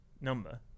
number